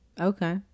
Okay